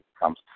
comes